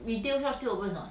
retail shop still open or not